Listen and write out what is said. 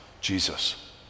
Jesus